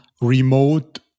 remote